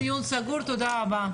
הישיבה נעולה, תודה רבה.